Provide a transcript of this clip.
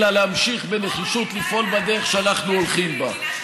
אלא להמשיך בנחישות לפעול בדרך שאנחנו הולכים בה.